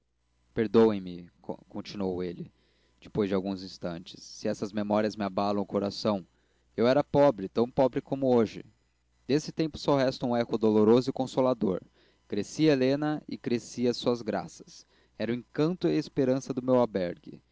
perdoem-me continuou ele depois de alguns instantes se estas memórias me abalam o coração eu era pobre tão pobre como hoje desse tempo só resta um eco doloroso e consolador crescia helena e cresciam suas graças era o encanto e a esperança do meu